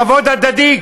כבוד הדדי,